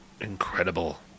Incredible